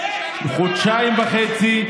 חודשיים וחצי,